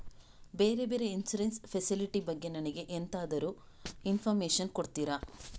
ಬೇರೆ ಬೇರೆ insurance facility ಬಗ್ಗೆ ನನಗೆ ಎಂತಾದ್ರೂ ಇನ್ಫೋರ್ಮೇಷನ್ ಕೊಡ್ತೀರಾ?